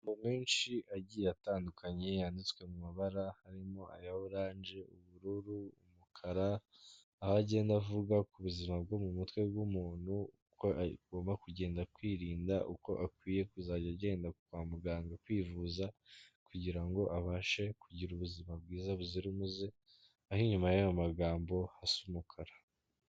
Amagambo menshi agiye atandukanye, yanditswe mu mabara harimo aya orange, ubururu, umukara, aho agenda avuga ku buzima bwo mu mutwe bw'umuntu, uko agomba kugenda kwirinda, uko akwiye kuzajya agenda kwa muganga kwivuza, kugira ngo abashe kugira ubuzima bwiza buzira umuze, aho inyuma y'ayo magambo asa umukara.